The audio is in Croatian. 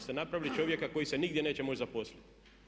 ste napravili čovjeka koji se nigdje neće moći zaposliti.